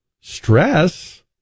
Stress